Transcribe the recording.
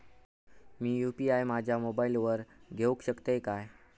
मी UPI माझ्या मोबाईलावर घेवक शकतय काय?